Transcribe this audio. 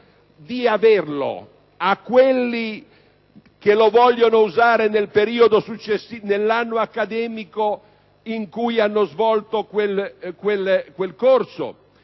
consente a coloro che lo vogliono usare nell'anno accademico in cui hanno svolto quel corso?